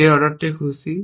এই অর্ডারটি খুশি